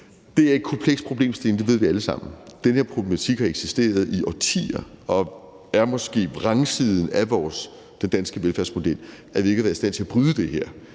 Det er en kompleks problemstilling, det ved vi alle sammen. Den her problematik har eksisteret i årtier, og det viser måske vrangsiden af den danske velfærdsmodel, at vi ikke har været i stand til at bryde det her,